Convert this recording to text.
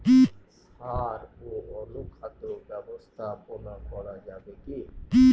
সাড় ও অনুখাদ্য ব্যবস্থাপনা করা যাবে কি?